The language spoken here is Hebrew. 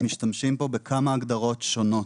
משתמשים פה בכמה הגדרות שונות.